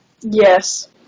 Yes